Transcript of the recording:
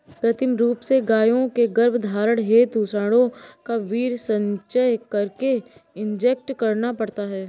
कृत्रिम रूप से गायों के गर्भधारण हेतु साँडों का वीर्य संचय करके इंजेक्ट करना पड़ता है